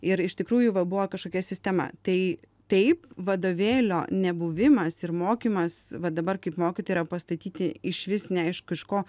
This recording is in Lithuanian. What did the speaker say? ir iš tikrųjų va buvo kažkokia sistema tai taip vadovėlio nebuvimas ir mokymas va dabar kaip mokytojai yra pastatyti išvis neaišku iš ko